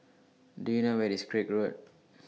Do YOU know Where IS Craig Road